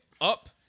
up